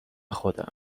خودم